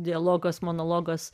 dialogas monologas